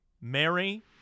Mary